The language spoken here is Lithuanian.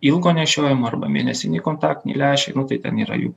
ilgo nešiojimo arba mėnesiniai kontaktiniai lęšiai nu tai ten yra jų